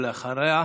ואחריה,